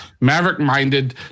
maverick-minded